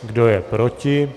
Kdo je proti?